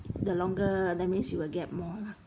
the longer that means you will get more lah